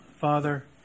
Father